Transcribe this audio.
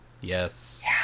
Yes